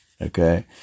okay